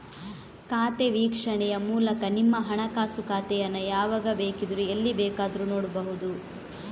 ಖಾತೆ ವೀಕ್ಷಣೆಯ ಮೂಲಕ ನಿಮ್ಮ ಹಣಕಾಸು ಖಾತೆಯನ್ನ ಯಾವಾಗ ಬೇಕಿದ್ರೂ ಎಲ್ಲಿ ಬೇಕಾದ್ರೂ ನೋಡ್ಬಹುದು